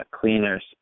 cleaners